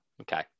Okay